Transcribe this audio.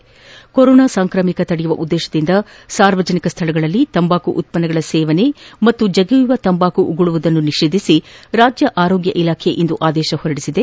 ಈ ನಡುವೆ ಕೊರೋನಾ ಸಾಂಕ್ರಾಮಿಕ ತಡೆಯುವ ಉದ್ದೇಶದಿಂದ ಸಾರ್ವಜನಿಕ ಸ್ಥಳಗಳಲ್ಲಿ ತಂಬಾಕು ಉತ್ತನ್ನಗಳ ಸೇವನೆ ಮತ್ತು ಜಗಿಯುವ ತಂಬಾಕು ಉಗುಳುವುದನ್ನು ನಿಷೇಧಿಸಿ ರಾಜ್ಯ ಆರೋಗ್ಯ ಇಲಾಖೆ ಆದೇಶ ಹೊರಡಿಸಿದೆ